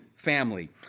family